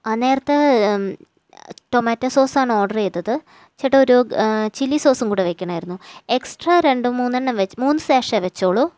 ആ നേരത്തെ ടൊമാറ്റോ സോസാണ് ഓര്ഡറ് ചെയ്തത് ചേട്ടാ ഒരു ചില്ലി സോസും കൂടി വെക്കണമായിരുന്നു എക്സ്ട്ര രണ്ട് മൂന്നെണ്ണം വെച്ചോ മൂന്ന് സാഷ വെച്ചോളു